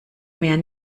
mehr